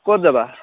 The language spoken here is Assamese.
ক'ত যাবা